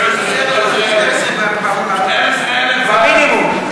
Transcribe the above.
12 מינימום.